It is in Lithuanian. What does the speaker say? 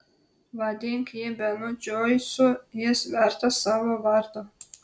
vadink jį benu džoisu jis vertas savo vardo